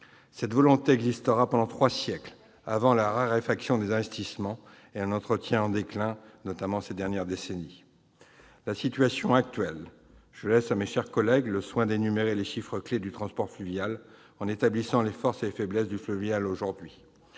Cette volonté existera pendant trois siècles avant la raréfaction des investissements et un entretien en déclin, notamment durant ces dernières décennies. Pour ce qui concerne la situation actuelle, je laisse à mes chers collègues le soin d'énumérer les chiffres clés du transport fluvial, en établissant les forces et les faiblesses de ce mode